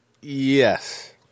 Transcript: Yes